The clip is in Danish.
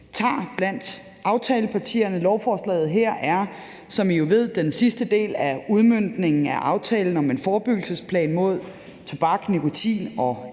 tager blandt aftalepartierne. Lovforslaget her er, som I jo ved, den sidste del af udmøntningen af aftalen om en forebyggelsesplan mod tobak, nikotin og